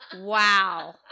wow